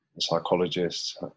psychologists